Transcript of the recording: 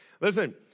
Listen